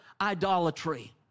idolatry